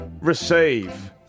receive